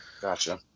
Gotcha